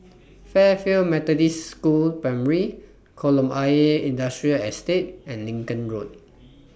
Fairfield Methodist School Primary Kolam Ayer Industrial Estate and Lincoln Road